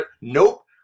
nope